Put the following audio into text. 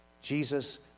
Jesus